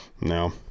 no